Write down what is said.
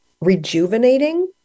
rejuvenating